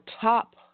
top